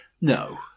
No